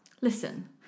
listen